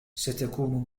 ستكون